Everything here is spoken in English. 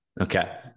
okay